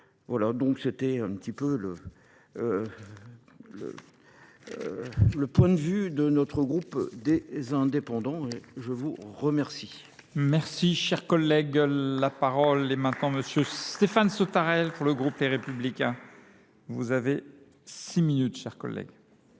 Voilà donc c'était un petit peu le point de vue de notre groupe des indépendants et je vous remercie. Merci, chers collègues. La parole est maintenant à monsieur Stéphane Sautarelle pour le groupe Les Républicains. Vous avez six minutes, chers collègues.